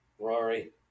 Rory